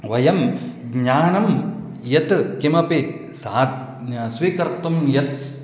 वयं ज्ञानं यत् किमपि सा स्वीकर्तुं यत्